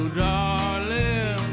darling